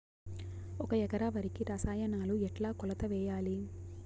ఒక ఎకరా వరికి రసాయనాలు ఎట్లా కొలత వేయాలి?